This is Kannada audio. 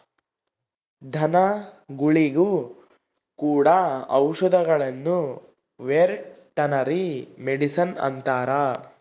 ಧನಗುಳಿಗೆ ಕೊಡೊ ಔಷದಿಗುಳ್ನ ವೆರ್ಟನರಿ ಮಡಿಷನ್ ಅಂತಾರ